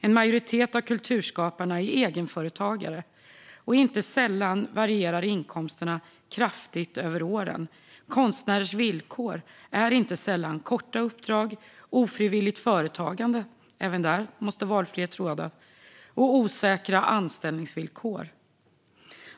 En majoritet av kulturskaparna är egenföretagare, och inte sällan varierar inkomsterna kraftigt över åren. Konstnärers villkor är inte sällan korta uppdrag, ofrivilligt företagande - även där måste valfrihet råda - och osäkra anställningsvillkor.